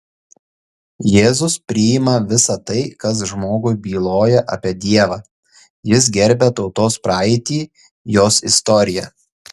jėzus priima visa tai kas žmogui byloja apie dievą jis gerbia tautos praeitį jos istoriją